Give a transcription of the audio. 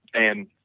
and